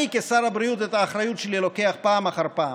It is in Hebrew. אני כשר הבריאות לוקח את האחריות שלי פעם אחר פעם,